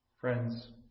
Friends